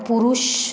पुरुष